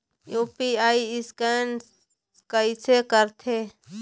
UPI scan कइसे करथे?